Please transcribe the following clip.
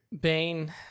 Bane